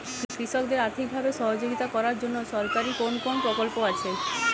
কৃষকদের আর্থিকভাবে সহযোগিতা করার জন্য সরকারি কোন কোন প্রকল্প আছে?